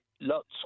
Lot's